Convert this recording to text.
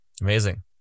Amazing